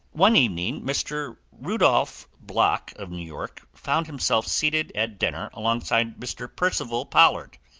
one evening mr. rudolph block, of new york, found himself seated at dinner alongside mr. percival pollard,